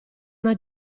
una